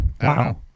Wow